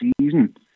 season